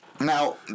Now